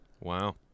Wow